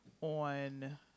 on